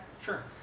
sure